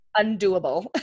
undoable